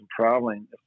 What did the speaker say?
traveling